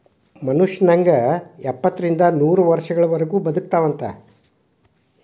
ಮನುಷ್ಯ ನಂಗ ಎಪ್ಪತ್ತರಿಂದ ನೂರ ವರ್ಷಗಳವರಗು ಬದಕತಾವಂತ